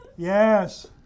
Yes